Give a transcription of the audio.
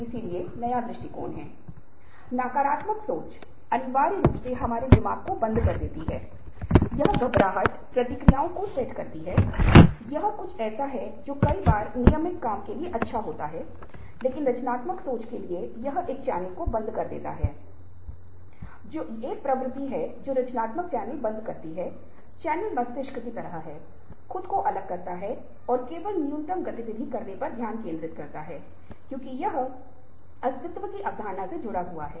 जब हम निश्चित रूप से वयस्क हो जाते हैं तो हम बच्चों के रूप में बातचीत नहीं कर रहे हैं लेकिन बड़ी बात यह है कि शायद हमारे संगठन या उस स्थान पर जहां हम कई बार काम कर रहे हैं हमें अन्य समूहों अन्य कंपनियों अन्य संगठनों के साथ बातचीत करने के लिए उन्हें राजी करना है और उनके संचार व्यवहार से संचार की शैली के साथ साथ यह भी पता चल जाता है कि हम किस तरह के रिश्ते निभा रहे हैं और लक्ष्य उद्देश्य क्या है